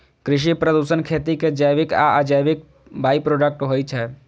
कृषि प्रदूषण खेती के जैविक आ अजैविक बाइप्रोडक्ट होइ छै